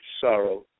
sorrow